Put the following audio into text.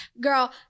Girl